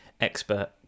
expert